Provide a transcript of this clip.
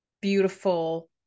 beautiful